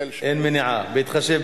שיעלו את רמת הכשירות, המקצועיות